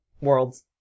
worlds